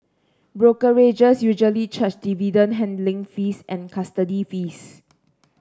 brokerages usually charge dividend handling fees and custody fees